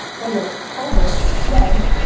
anyway, over, dead.